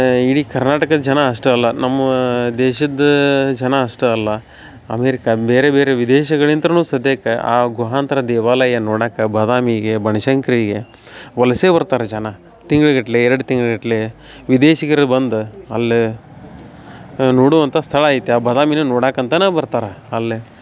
ಇಡೀ ಕರ್ನಾಟಕದ ಜನ ಅಷ್ಟೇ ಅಲ್ಲ ನಮ್ಮ ದೇಶದ ಜನ ಅಷ್ಟೇ ಅಲ್ಲ ಅಮೇರಿಕ ಬೇರೆ ಬೇರೆ ವಿದೇಶಗಳಿಂತನೂ ಸದ್ಯಕ್ಕೆ ಆ ಗುಹಾಂತರ ದೇವಾಲಯ ನೋಡಕ್ಕೆ ಬದಾಮಿಗೆ ಬನಶಂಕ್ರಿಗೆ ವಲಸೆ ಬರ್ತಾರೆ ಜನ ತಿಂಗ್ಳುಗಟ್ಲೆ ಎರಡು ತಿಂಗ್ಳುಗಟ್ಲೆ ವಿದೇಶಿಗರು ಬಂದು ಅಲ್ಲಿ ನೋಡುವಂಥ ಸ್ಥಳ ಐತೆ ಆ ಬದಾಮಿನ ನೋಡಕ್ಕ ಅಂತನೇ ಬರ್ತಾರೆ ಅಲ್ಲಿ